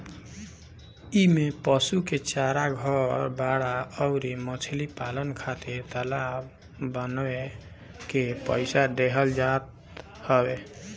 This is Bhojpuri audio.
इमें पशु के चारा, घर, बाड़ा अउरी मछरी पालन खातिर तालाब बानवे के पईसा देहल जात हवे